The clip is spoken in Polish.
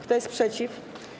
Kto jest przeciw?